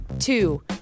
Two